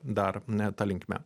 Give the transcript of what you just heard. dar ta linkme